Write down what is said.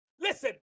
Listen